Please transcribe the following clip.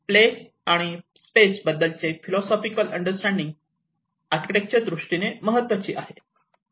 place आणि space बद्दलचे philosophical understanding architecture दृष्टीने महत्त्वाची आहे